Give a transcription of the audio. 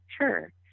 Sure